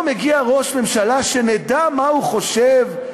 לא מגיע ראש ממשלה שנדע מה הוא חושב?